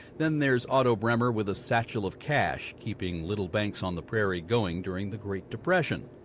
then, there's otto bremer with a satchel of cash, keeping little banks on the prairie going during the great depression.